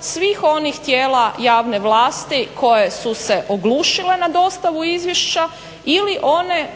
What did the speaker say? svih onih tijela javne vlasti koje su se oglušile na dostavu izvješća ili one